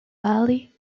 valley